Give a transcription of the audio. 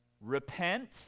Repent